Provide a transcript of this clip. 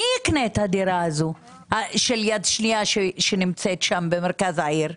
מי יקנה את הדירה מיד שנייה שנמצאת במרכז העיר?